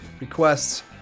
requests